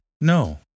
No